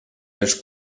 els